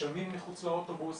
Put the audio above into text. משלמים מחוץ לאוטובוס,